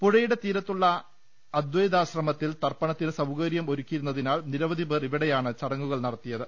പുഴയുടെ തീരത്തുള്ള അദ്വൈതാശ്രമത്തിൽ തർപ്പണത്തിന് സൌകരൃം ഒരുക്കിയിരുന്നതിനാൽ നിരവൃധി പേർ ഇവിടെയാണ് ചടങ്ങുകൾ നടത്തിയത്